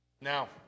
Now